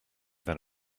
than